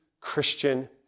Christian